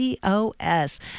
COS